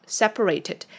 separated